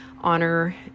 honor